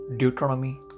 Deuteronomy